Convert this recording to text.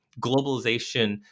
globalization